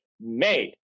made